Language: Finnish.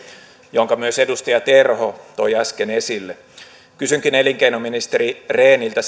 jonka myös edustaja terho toi äsken esille kysynkin elinkeinoministeri rehniltä